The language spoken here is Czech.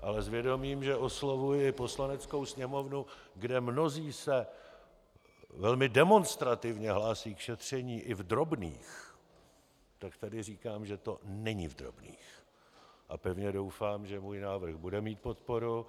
Ale s vědomím, že oslovuji Poslaneckou sněmovnu, kde mnozí se velmi demonstrativně hlásí k šetření i v drobných, tak tady říkám, že to není v drobných, a pevně doufám, že můj návrh bude mít podporu.